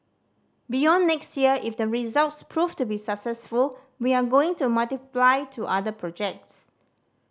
beyond next year if the results proved to be successful we are going to multiply to other projects